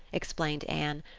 explained anne.